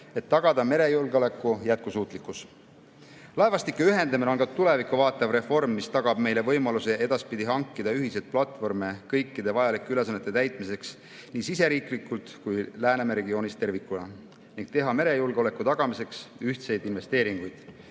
et tagada merejulgeoleku jätkusuutlikkus. Laevastike ühendamine on ka tulevikku vaatav reform, mis tagab meile võimaluse edaspidi hankida ühiseid platvorme kõikide vajalike ülesannete täitmiseks nii siseriiklikult kui ka Läänemere regioonis tervikuna ning teha merejulgeoleku tagamiseks ühtseid investeeringuid.